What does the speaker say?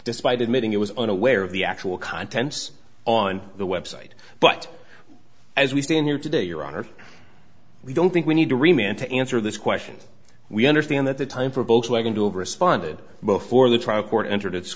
despite admitting it was unaware of the actual contents on the website but as we stand here today you're on her we don't think we need to remain to answer this question we understand that the time for both we're going to have responded before the trial court entered it